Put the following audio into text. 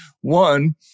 One